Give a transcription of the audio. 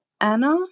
Anna